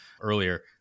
earlier